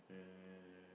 um